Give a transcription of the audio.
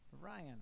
Ryan